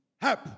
help